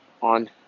on